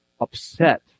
upset